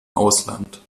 ausland